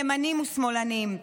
ימנים ושמאלנים.